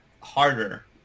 harder